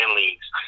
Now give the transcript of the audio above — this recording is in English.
leagues